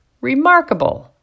Remarkable